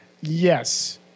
Yes